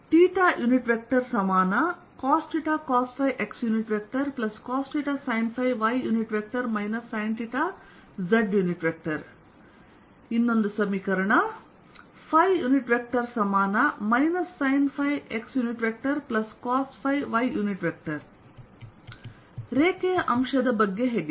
cosθcosϕxcosθsinϕy sinθz sinϕxcosϕy ರೇಖೆಯ ಅಂಶದ ಬಗ್ಗೆ ಹೇಗೆ